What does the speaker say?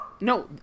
No